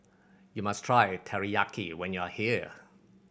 you must try Teriyaki when you are here